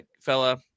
fella